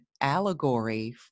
allegory